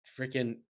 freaking